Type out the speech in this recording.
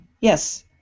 yes